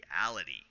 reality